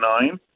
nine